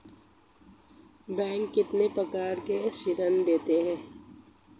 Bank कितने प्रकार के ऋण देता है?